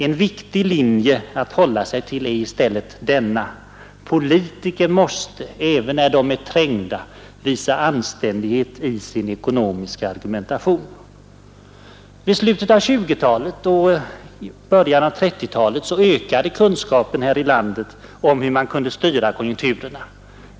En viktig linje att hålla sig till är i stället denna: Politiker måste, även när de är trängda, visa anständighet i sin ekonomiska argumentation. I slutet av 1920-talet och början av 1930-talet ökade kunskapen här i landet om hur man kunde styra konjunkturerna.